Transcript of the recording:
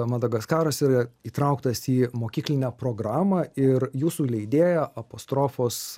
madagaskaras yra įtrauktas į mokyklinę programą ir jūsų leidėja apostrofos